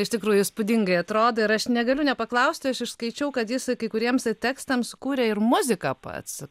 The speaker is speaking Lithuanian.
iš tikrųjų įspūdingai atrodo ir aš negaliu nepaklausti aš išskaičiau kad jis kai kuriems tekstams kūrė ir muziką pats